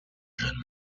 jeunes